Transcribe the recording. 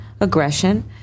aggression